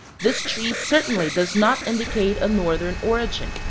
this tree certainly does not indicate a northern origin.